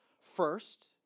First